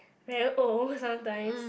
very old sometimes